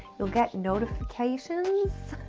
you'll get notifications.